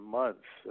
months